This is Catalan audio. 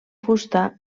fusta